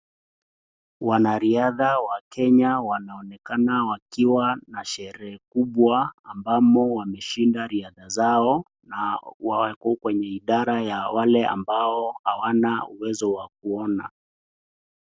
Wanariadha wakenya wanaonekana wakiwa na sherehe kubwa, ambamo wameshinda riadha zao na wako kwenye idara ya wale ambao hawana uwezo wa kuona.